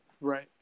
Right